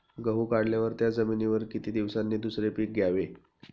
गहू काढल्यावर त्या जमिनीवर किती दिवसांनी दुसरे पीक घ्यावे?